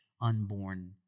unborn